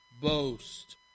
boast